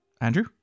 andrew